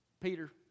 Peter